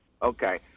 Okay